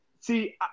see